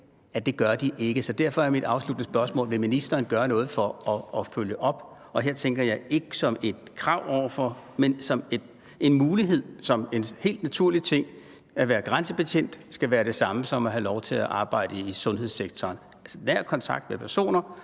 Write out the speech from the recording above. at det gør de ikke. Så derfor er mit afsluttende spørgsmål: Vil ministeren gøre noget for at følge op, og her tænker jeg ikke som et krav, men som en mulighed, som en helt naturlig ting, altså at det at være grænsebetjent skal være det samme som at have lov til at arbejde i sundhedssektoren, og at nær kontakt med personer